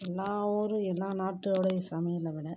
எல்லா ஊர் எல்லா நாட்டுடய சமையலை விட